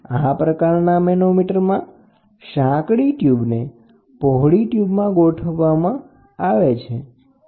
આ પ્રકારના મેનોમીટરમાં સાંકડી ટ્યુબને પહોળી ટ્યુબમાં સીધેસીધી પ્રવેશ કરાવવામાં આવે છે